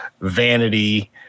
vanity